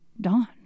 Dawn